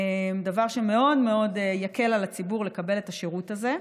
דבר שמאוד מאוד יקל על הציבור לקבל את השירות הזה.